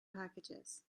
packages